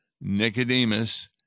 Nicodemus